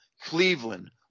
Cleveland